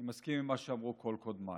אני מסכים חמה שאמרו כל קודמיי,